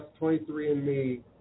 23andMe